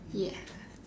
yes